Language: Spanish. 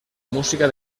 música